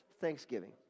thanksgiving